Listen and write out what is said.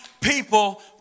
people